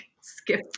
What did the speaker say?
skip